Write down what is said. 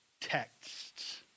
texts